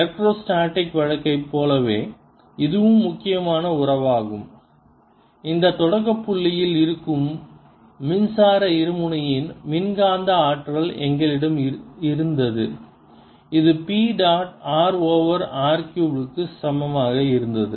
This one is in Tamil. எலக்ட்ரோஸ்டேடிக் வழக்கைப் போலவே இதுவும் முக்கியமான உறவாகும் இந்த தொடக்கப் புள்ளியில் இருக்கும் மின்சார இருமுனையின் மின்காந்த ஆற்றல் எங்களிடம் இருந்தது இது P dot r over r cube க்கு சமமாக இருந்தது